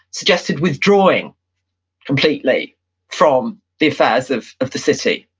suggested withdrawing completely from the affairs of of the city.